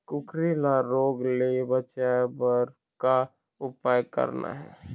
कुकरी ला रोग ले बचाए बर का उपाय करना ये?